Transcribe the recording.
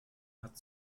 hat